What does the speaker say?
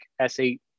s8